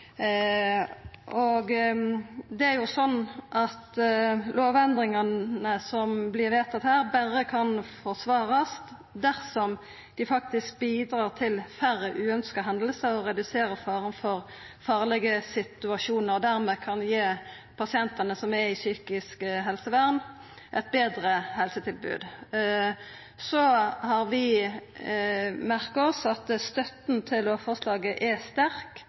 saka. Det er jo slik at lovendringane som vert vedtatte her, berre kan forsvarast dersom dei faktisk bidrar til færre uønskte hendingar og reduserer faren for farlege situasjonar – og dermed kan gi pasientane som er i psykisk helsevern, eit betre helsetilbod. Så har vi merka oss at støtta til lovforslaget er sterk